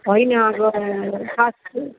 होइन अब fast food